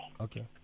Okay